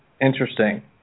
Interesting